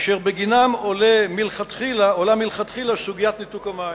אשר בגינם עולה מלכתחילה סוגיית ניתוק המים.